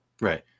Right